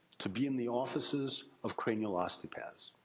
to be in the offices of cranial osteopaths.